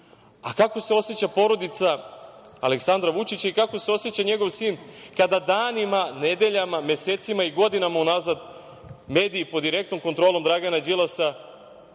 a kako se oseća porodica Aleksandra Vučića i kako se oseća njegov sin kada danima, nedeljama, mesecima i godinama unazad mediji pod direktnom kontrolom Dragana Đilasa